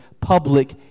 public